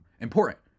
important